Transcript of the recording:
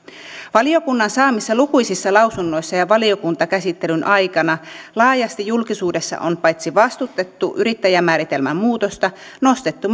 valiokunnan saamissa lukuisissa lausunnoissa ja valiokuntakäsittelyn aikana laajasti julkisuudessa on paitsi vastustettu yrittäjämääritelmän muutosta myös nostettu